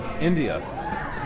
India